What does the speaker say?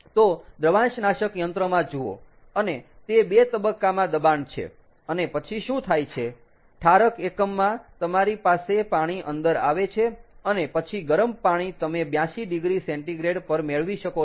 તો દ્રવાંશનાશક યંત્રમાં જુઓ અને તે 2 તબક્કામાં દબાણ છે અને પછી શું થાય છે ઠારક એકમમાં તમારી પાસે પાણી અંદર આવે છે અને પછી ગરમ પાણી તમે 82oC પર મેળવી શકો છો